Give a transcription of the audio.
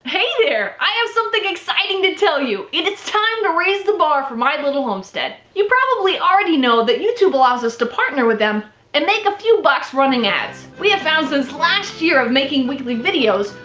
hey there. i have something exciting to tell you. it's time to raise the bar for mylittlehomestead! you probably already know, youtube allows us to partner with them and make a few bucks running ads. we have found since last year of making weekly videos,